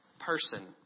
person